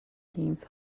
games